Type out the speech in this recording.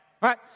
Right